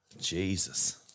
Jesus